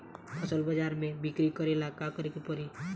फसल बाजार मे बिक्री करेला का करेके परी?